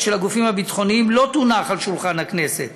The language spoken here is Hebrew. של הגופים הביטחוניים לא תונח על שולחן הכנסת,